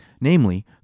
namely